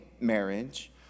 marriage